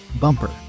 Bumper